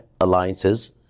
alliances